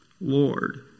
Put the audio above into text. Lord